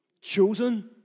Chosen